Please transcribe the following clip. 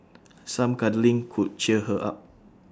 some cuddling could cheer her up